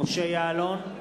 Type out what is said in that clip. משה יעלון,